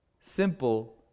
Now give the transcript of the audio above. simple